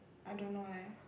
I don't know leh